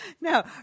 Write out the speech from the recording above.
No